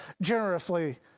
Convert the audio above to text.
generously